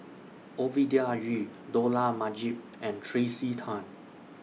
Ovidia Yu Dollah Majid and Tracey Tan